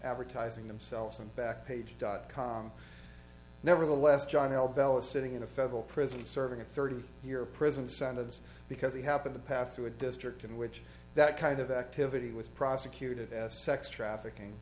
advertising themselves and back page dot com nevertheless john l bell is sitting in a federal prison serving a thirty year prison sentence because he happened to pass through a district in which that kind of activity was prosecuted as a sex trafficking